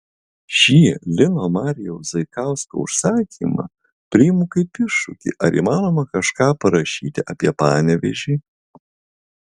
šį lino marijaus zaikausko užsakymą priimu kaip iššūkį ar įmanoma kažką parašyti apie panevėžį